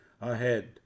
ahead